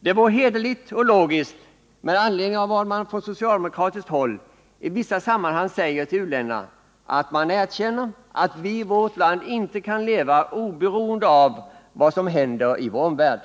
Det vore hederligt och logiskt med anledning av vad man från socialdemokratiskt håll i vissa sammanhang säger till u-länderna, att man erkände att vi i vårt land inte kan leva oberoende av vad som händer i vår omvärld.